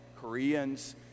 Koreans